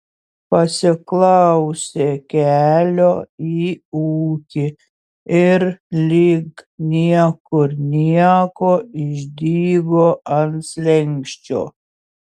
pasiklausė kelio į ūkį ir lyg niekur nieko išdygo ant slenksčio